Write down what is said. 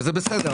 וזה בסדר,